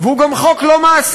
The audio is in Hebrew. והוא גם חוק לא מעשי.